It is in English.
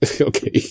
Okay